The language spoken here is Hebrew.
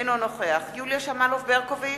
אינו נוכח יוליה שמאלוב-ברקוביץ,